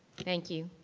thank you.